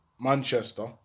Manchester